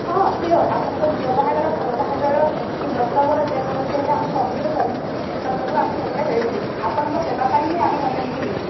ହଁ ସିଓର୍ ଆପଣଙ୍କ ଝିଅ ବାହାଘର ପୁଅ ବାହାଘର କି ବ୍ରତଘର ଯେକୌଣସି ହେଲେ ଆମେ ସବୁଥିରେ ସର୍ଭିସ କରିବାକୁ ଆମେ ସବୁବେଳେ ରେଡି ଥାଉ ଆପଣଙ୍କ ସେବା ପାଇଁ ହିଁ ଆମେ ହୋଟେଲ୍ ଖୋଲିଛୁ